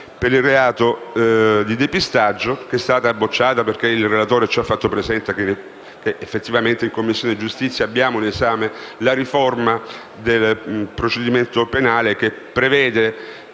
per il reato di depistaggio è stata bocciata perché il relatore ci ha fatto presente che effettivamente all'esame della Commissione giustizia vi è la riforma del procedimento penale che prevede